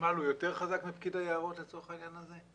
הוותמ"ל הוא יותר חזק מפקיד היערות לצורך העניין הזה?